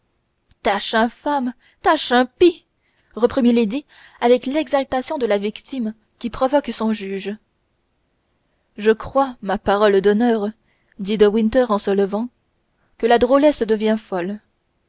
tâche infâme tâche impie reprit milady avec l'exaltation de la victime qui provoque son juge je crois ma parole d'honneur dit de winter en se levant que la drôlesse devient folle